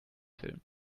filmen